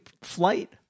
flight